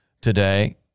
today